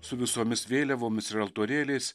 su visomis vėliavomis ir altorėliais